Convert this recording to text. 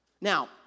Now